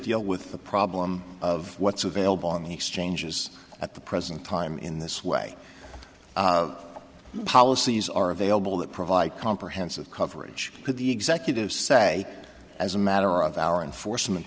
deal with the problem of what's available on the exchanges at the present time in this way of policies are available that provide comprehensive coverage for the executives say as a matter of our enforcement